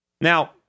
Now